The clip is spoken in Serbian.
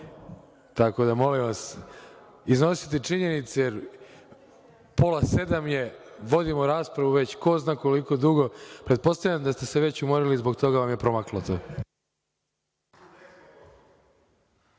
Tako da, molim vas, iznosite činjenice. Pola sedam je, vodimo raspravu, već ko zna koliko dugo. Pretpostavljam da ste se već umorili, zbog toga vam je promaklo to.